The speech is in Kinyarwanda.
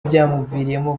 byamuviriyemo